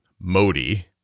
Modi